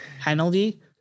penalty